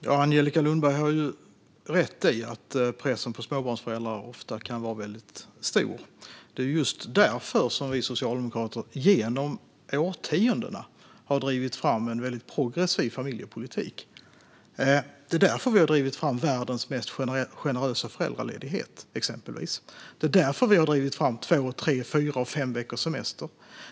Fru talman! Angelica Lundberg har rätt i att pressen på småbarnsföräldrar ofta kan vara väldigt stor. Det är just därför som vi socialdemokrater genom årtiondena har drivit fram en väldigt progressiv familjepolitik. Det är därför vi har drivit fram världens mest generösa föräldraledighet. Det är därför vi har drivit fram två, tre, fyra och fem veckors semester.